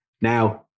Now